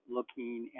looking